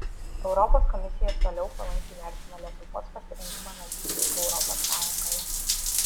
europos komisija ir toliau palankiai vertina lietuvos pasirengimą narystei europos sąjungoje